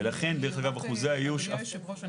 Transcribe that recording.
ולכן אחוזי האיוש --- אדוני היושב-ראש,